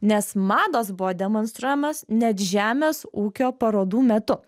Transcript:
nes mados buvo demonstruojamos net žemės ūkio parodų metu